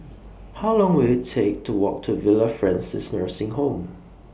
How Long Will IT Take to Walk to Villa Francis Nursing Home